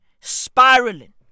spiraling